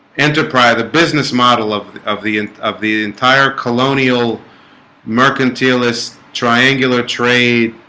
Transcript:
enterprise a business model of of the of the entire colonial mercantilist triangular trade